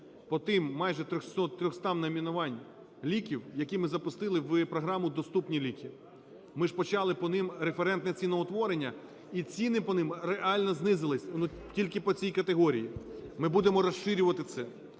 по тим майже 300 найменувань ліків, які ми запустили в програму "Доступні ліки". Ми ж почали по ним референтне ціноутворення, і ціни по ним реально знизились – тільки по цій категорії. Ми будемо розширювати це